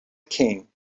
king